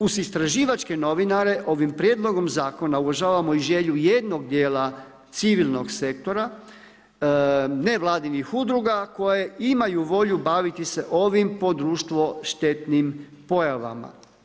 Uz istraživačke novinare ovim prijedlogom zakona uvažavamo želju i jednog dijela civilnog sektora nevladinih udruga koje imaju volju baviti se ovim po društvo štetnim pojavama.